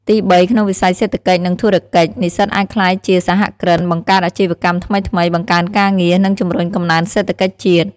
ទីបី ក្នុងវិស័យសេដ្ឋកិច្ច និងធុរកិច្ច និស្សិតអាចក្លាយជាសហគ្រិន បង្កើតអាជីវកម្មថ្មីៗ បង្កើនការងារ និងជំរុញកំណើនសេដ្ឋកិច្ចជាតិ។